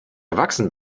erwachsen